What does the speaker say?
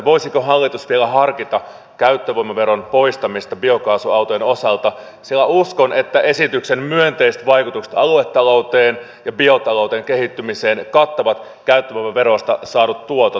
voisiko hallitus vielä harkita käyttövoimaveron poistamista biokaasuautojen osalta sillä uskon että esityksen myönteiset vaikutukset aluetalouteen ja biotalouden kehittymiseen kattavat käyttövoimaverosta saadut tuotot